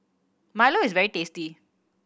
milo is very tasty